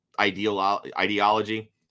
ideology